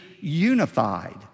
unified